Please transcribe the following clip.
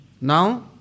Now